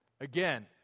Again